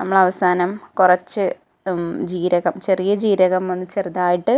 നമ്മളവസാനം കുറച്ചു ചീരകം ചെറിയ ചീരകം ഒന്നു ചെറുതായിട്ട്